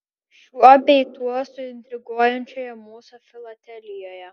šiuo bei tuo suintriguojančioje mūsų filatelijoje